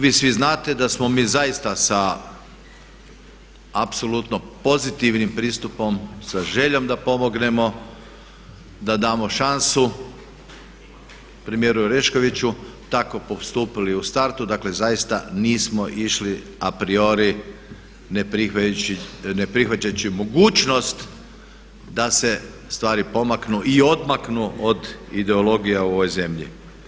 Vi svi znate da smo mi zaista sa apsolutno pozitivnim pristupom, sa željom da pomognemo, da damo šansu premijeru Oreškoviću tako postupili u startu, dakle zaista nismo išli a priori neprihvaćajući mogućnost da se stvari pomaknu i odmaknu od ideologija u ovoj zemlji.